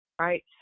right